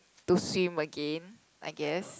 to swim again I guess